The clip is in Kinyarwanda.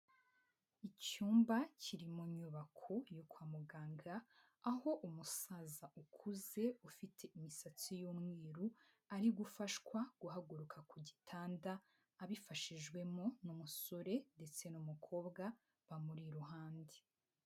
Icyumba kiri mu nyubako yo kwa muganga, aho umusaza ukuze ufite imisatsi y'umweru ari gufashwa guhaguruka ku gitanda abifashijwemo n'umusore ndetse n'umukobwa bamuri iruhande.